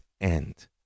end